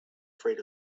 afraid